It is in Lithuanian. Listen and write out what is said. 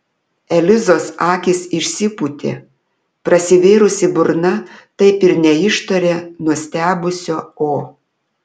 elizos akys išsipūtė prasivėrusi burna taip ir neištarė nustebusio o